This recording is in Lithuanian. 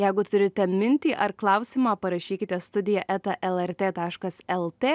jeigu turite mintį ar klausimą parašykite studija eta lrt taškas lt